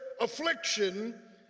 affliction